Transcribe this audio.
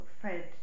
Fred